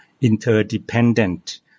interdependent